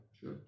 sure